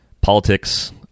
politics